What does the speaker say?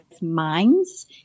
minds